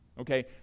Okay